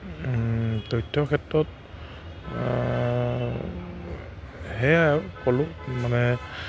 তথ্যৰ ক্ষেত্ৰত সেয়াই ক'লোঁ মানে